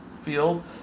field